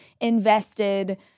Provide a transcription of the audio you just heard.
invested